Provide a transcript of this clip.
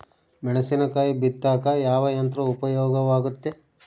ಮೆಣಸಿನಕಾಯಿ ಬಿತ್ತಾಕ ಯಾವ ಯಂತ್ರ ಉಪಯೋಗವಾಗುತ್ತೆ?